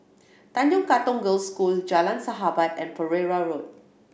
Tanjong Katong Girls' School Jalan Sahabat and Pereira Road